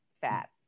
fat